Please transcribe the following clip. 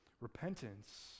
Repentance